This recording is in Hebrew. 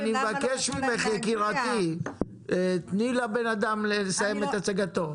אני מבקש ממך, תני לאדם לסיים את ההצגה שלו.